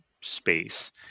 space